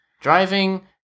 driving